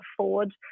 afford